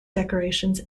decorations